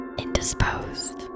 Indisposed